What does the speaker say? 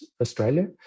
Australia